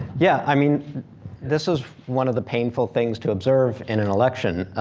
yeah, i mean this is one of the painful things to observe in an election.